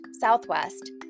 Southwest